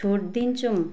छुट दिन्छौँ